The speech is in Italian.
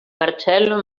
marcello